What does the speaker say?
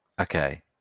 Okay